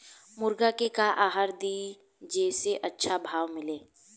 मुर्गा के का आहार दी जे से अच्छा भाव मिले?